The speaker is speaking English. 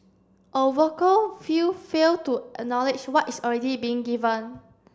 a vocal few fail to acknowledge what is already being given